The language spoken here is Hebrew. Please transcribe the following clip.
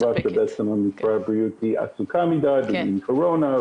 קיבלנו תשובה שמשרד הבריאות עסוק מדי עם הקורונה.